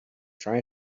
try